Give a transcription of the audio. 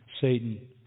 Satan